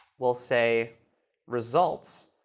we'll say results.